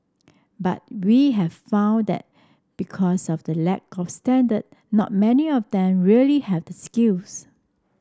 but we have found that because of the lack of standard not many of them really have the skills